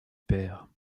père